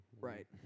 Right